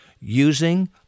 Using